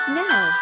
now